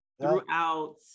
throughout